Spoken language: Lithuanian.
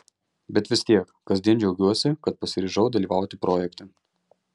bet vis tiek kasdien džiaugiuosi kad pasiryžau dalyvauti projekte